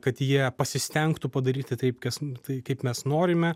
kad jie pasistengtų padaryti tai kas tai kaip mes norime